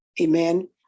amen